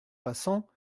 passant